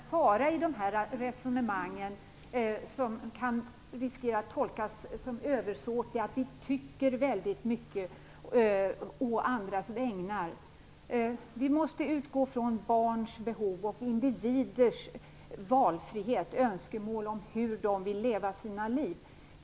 Fru talman! Jag ser fortfarande en fara i de här resonemangen, som kan riskera att tolkas som översåtliga så till vida att vi tycker väldigt mycket å andras vägnar. Vi måste utgå från barns behov och individers valfrihet och önskemål om hur de vill leva sina liv.